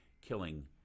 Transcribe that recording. killing